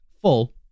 full